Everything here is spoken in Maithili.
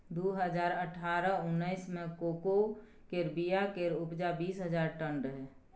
दु हजार अठारह उन्नैस मे कोको केर बीया केर उपजा बीस हजार टन रहइ